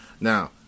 Now